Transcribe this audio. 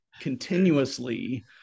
continuously